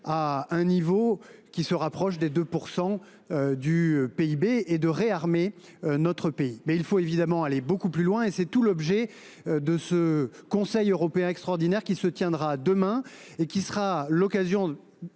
à un niveau qui se rapproche des 2 % du PIB et de réarmer notre pays. Il faut évidemment aller beaucoup plus loin. C’est tout l’objet du Conseil européen extraordinaire qui se tiendra demain. Ce sera l’occasion